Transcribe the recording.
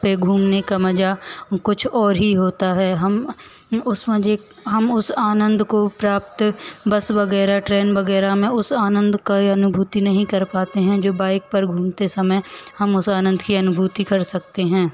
पर घूमने का मज़ा कुछ और ही होता है हम उस मज़े हम उस आनंद को प्राप्त बस वगैराह ट्रेन वगैराह में उस आनंद का यह अनुभूति नहीं कर पाते हैं जो बाइक पर घूमते समय हम उस आनंद की अनुभूति कर सकते हैं